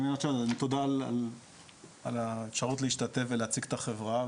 תודה על האפשרות להשתתף ולייצג את החברה,